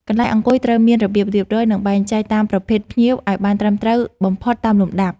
កន្លែងអង្គុយត្រូវមានរបៀបរៀបរយ និង បែងចែកតាមប្រភេទភ្ញៀវឱ្យបានត្រឹមត្រូវបំផុតតាមលំដាប់។